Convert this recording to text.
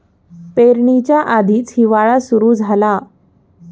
पेरणीच्या आधीच हिवाळा सुरू झाला